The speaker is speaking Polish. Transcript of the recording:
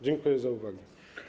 Dziękuję za uwagę.